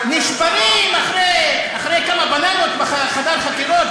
נשברים אחרי כמה "בננות" בחדר חקירות,